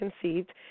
conceived